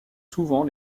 souvent